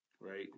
right